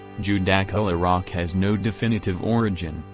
judaculla rock has no definitive origin,